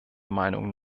meinung